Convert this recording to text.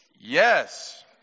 Yes